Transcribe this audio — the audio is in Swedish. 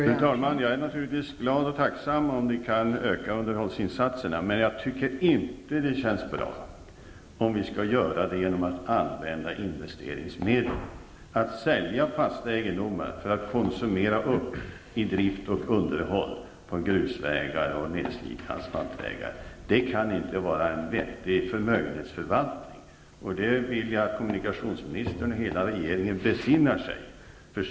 Fru talman! Jag är naturligtvis glad och tacksam om underhållsinsatserna kan ökas, men jag tycker inte det känns bra om det skall ske med hjälp av investeringsmedel. Att sälja fasta egendomar för att konsumera det man har tjänat genom att använda det till drift och underhåll av grusvägar och nedslitna asfaltsvägar kan inte vara en vettig förmögenhetsförvaltning. Jag vill därför att kommunikationsministern och hela regeringen besinnar sig.